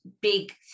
big